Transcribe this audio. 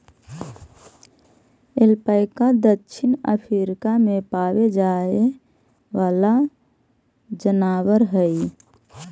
alpaca दक्षिण अफ्रीका में पावे जाए वाला जनावर हई